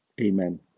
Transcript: Amen